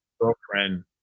girlfriend